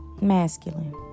masculine